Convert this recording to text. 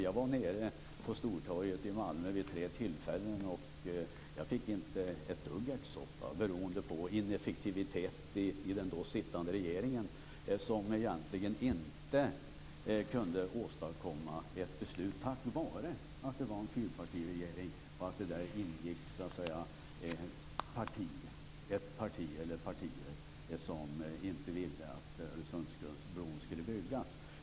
Jag var på Stortorget i Malmö vid tre tillfällen, men jag fick inte någon ärtsoppa beroende på ineffektivitet i den då sittande regeringen som egentligen inte kunde åstadkomma ett beslut på grund av att det var en fyrpartiregering i vilken det ingick partier som inte ville att Öresundsbron skulle byggas.